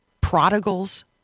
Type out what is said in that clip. prodigals